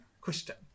question